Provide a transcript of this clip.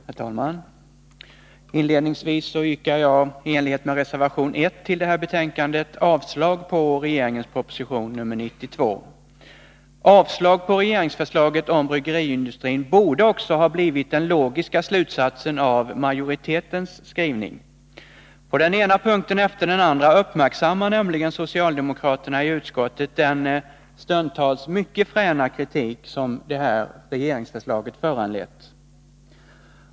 Herr talman! Inledningsvis yrkar jag i enlighet med reservation 1 i betänkandet avslag på regeringens proposition nr 92. Avslag på regeringsförslaget om bryggeriindustrin borde också ha blivit den logiska slutsatsen av majoritetens skrivning. På den ena punkten efter den andra uppmärksammar socialdemokraterna i utskottet den stundtals mycket fräna kritik som detta regeringsförslag föranlett.